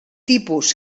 tipus